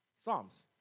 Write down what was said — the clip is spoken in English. Psalms